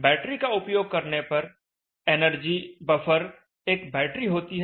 battery का उपयोग करने पर एनर्जी बफर एक बैटरी होती है